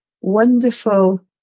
wonderful